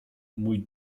mój